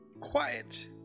Quiet